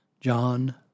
John